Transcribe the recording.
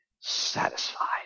satisfied